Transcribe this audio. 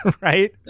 right